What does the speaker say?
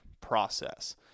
process